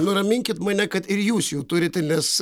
nuraminkit mane kad ir jūs jų turite nes